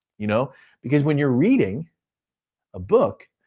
you know because when you're reading a book,